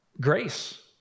grace